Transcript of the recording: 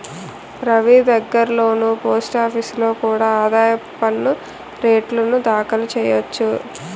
రవీ దగ్గర్లోని పోస్టాఫీసులో కూడా ఆదాయ పన్ను రేటర్న్లు దాఖలు చెయ్యొచ్చు